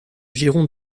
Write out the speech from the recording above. giron